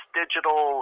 digital